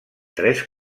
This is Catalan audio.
tres